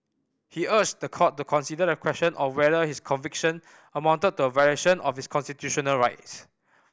he urged the court to consider the question of whether his conviction amounted to a violation of his constitutional rights